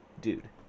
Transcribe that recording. Dude